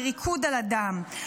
מריקוד על הדם,